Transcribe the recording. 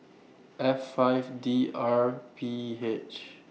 F five D R P H